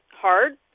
hard